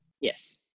Yes